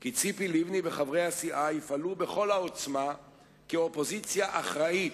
כי ציפי לבני וחברי הסיעה יפעלו בכל העוצמה כאופוזיציה אחראית,